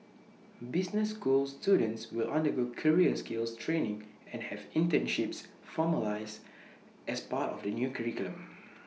business school students will undergo career skills training and have internships formalised as part of the new curriculum